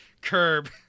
curb